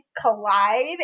collide